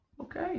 Okay